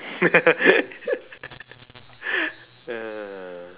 ah